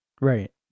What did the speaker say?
Right